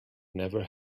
never